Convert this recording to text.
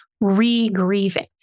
re-grieving